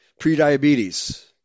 prediabetes